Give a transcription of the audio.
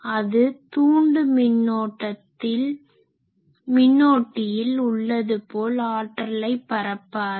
அது தூண்டு மின்னோட்டியில் உள்ளது போல் ஆற்றலை பரப்பாது